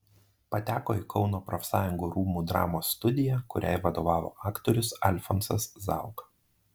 pateko į kauno profsąjungų rūmų dramos studiją kuriai vadovavo aktorius alfonsas zauka